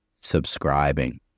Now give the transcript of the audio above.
subscribing